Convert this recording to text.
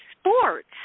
sports